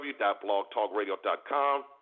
www.blogtalkradio.com